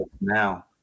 now